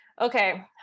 Okay